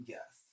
Yes